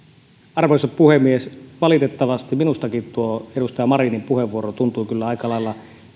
arvoisa puhemies valitettavasti minustakin tuo edustaja marinin puheenvuoro tuntui kyllä aika lailla